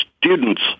Students